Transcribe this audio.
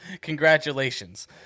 Congratulations